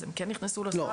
אז הם כן נכנסו לסל.